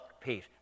Peace